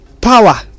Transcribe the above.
power